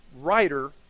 writer